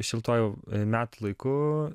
šiltuoju metų laiku